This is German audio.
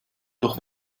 durch